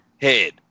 head